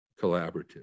collaborative